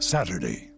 Saturday